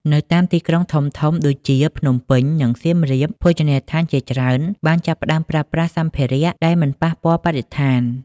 នៅតាមទីក្រុងធំៗដូចជាភ្នំពេញ និងសៀមរាប ភោជនីយដ្ឋានជាច្រើនបានចាប់ផ្តើមប្រើប្រាស់សម្ភារៈដែលមិនប៉ះពាល់បរិស្ថាន។